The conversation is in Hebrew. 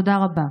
תודה רבה.